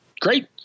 great